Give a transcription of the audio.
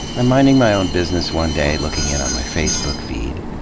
i'm minding my own business one day, looking in on my facebook feed.